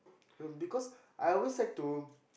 um because I always like to